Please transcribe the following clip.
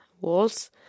walls